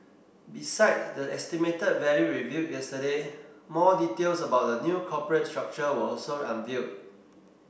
besides the estimated value revealed yesterday more details about the new corporate structure were also unveiled